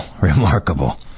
Remarkable